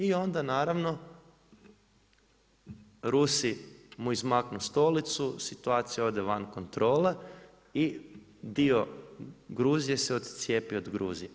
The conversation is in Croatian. I onda naravno Rusi mu izmaknu stolicu, situacija ode van kontrole i dio Gruzije se ocijepi od Gruzije.